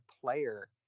player